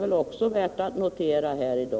Det är också värt att notera.